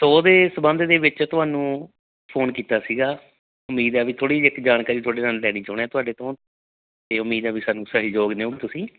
ਤਾਂ ਉਹਦੇ ਸੰਬੰਧ ਦੇ ਵਿੱਚ ਤੁਹਾਨੂੰ ਫੋਨ ਕੀਤਾ ਸੀਗਾ ਉਮੀਦ ਹੈ ਵੀ ਥੋੜ੍ਹੀ ਜਿਹੀ ਇੱਥੇ ਜਾਣਕਾਰੀ ਤੁਹਾਡੇ ਨਾਲ ਲੈਣੀ ਚਾਹੁੰਦੇ ਹਾਂ ਤੁਹਾਡੇ ਤੋਂ ਅਤੇ ਉਮੀਦ ਹੈ ਵੀ ਸਾਨੂੰ ਸਹਿਯੋਗ ਦਿਓ ਤੁਸੀਂ